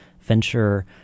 venture